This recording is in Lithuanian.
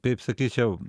kaip sakyčiau